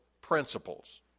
principles